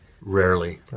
rarely